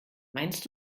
meinst